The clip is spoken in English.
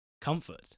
comfort